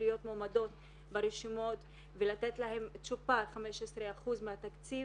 להיות מועמדות ברשימות ולתת להן 15% מהתקציב.